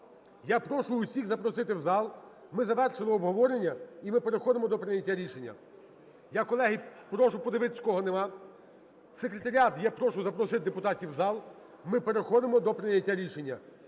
Я прошу усіх запросити в зал. Ми завершили обговорення, і ми переходимо до прийняття рішення. Я, колеги, прошу подивитись, кого нема. Секретаріат я прошу запросити депутатів в зал. Ми переходимо до прийняття рішення.